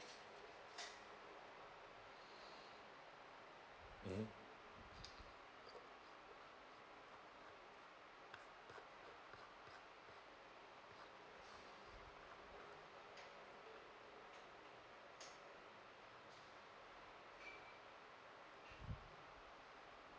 mmhmm